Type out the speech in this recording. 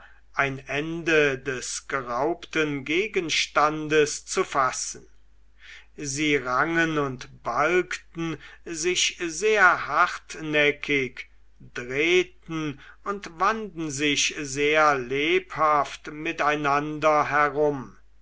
ein ende des geraubten gegenstandes zu fassen sie rangen und balgten sich sehr hartnäckig drehten und wanden sich sehr lebhaft miteinander herum